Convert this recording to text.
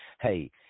Hey